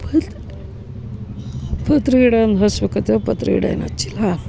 ಪತ್ರೆ ಗಿಡ ಒಂದು ಹಚ್ಬೇಕು ಅತೆ ಪತ್ರೆ ಗಿಡ ಏನೂ ಹಚ್ಚಿಲ್ಲ